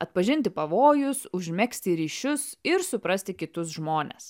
atpažinti pavojus užmegzti ryšius ir suprasti kitus žmones